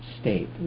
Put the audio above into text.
state